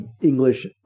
English